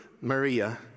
Maria